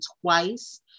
twice